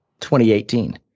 2018